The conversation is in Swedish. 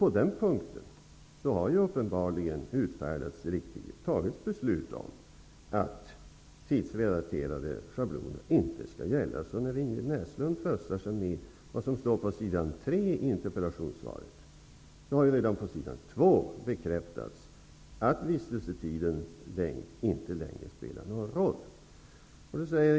På den punkten har uppenbarligen utfärdats direktiv. Man har fattat beslut om att tidsrelaterade schabloner inte skall gälla. Ingrid Näslund tröstar sig med vad som står på s. 3 i interpellationssvaret. Men redan på s.2 har bekräftats att vistelsetidens längd inte längre spelar någon roll.